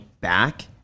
back